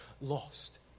lost